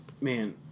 man